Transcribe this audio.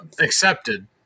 Accepted